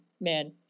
man